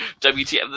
WTF